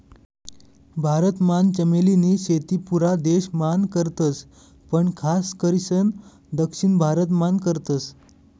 भारत मान चमेली नी शेती पुरा देश मान करतस पण खास करीसन दक्षिण भारत मान करतस